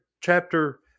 chapter